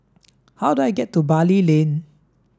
how do I get to Bali Lane